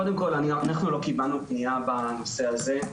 קודם כול, אנחנו לא קיבלנו פנייה בנושא הזה.